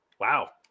Wow